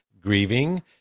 grieving